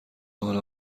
حالا